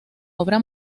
obra